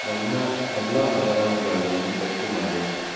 ನನ್ನ ಎಲ್ಲ ಅಲರಾಂಗಳನ್ನು ಪಟ್ಟಿ ಮಾಡು